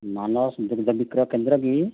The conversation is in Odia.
ମାନସ ଦୁଗ୍ଧ ବିକ୍ରୟ କେନ୍ଦ୍ର କି